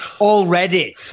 already